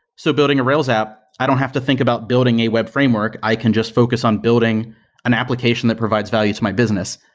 so building a rails app, i don't have to think about building a web framework. i can just focus on building an application that provides value to my business,